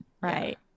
right